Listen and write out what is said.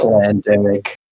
pandemic